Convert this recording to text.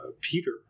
Peter